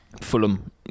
Fulham